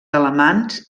alamans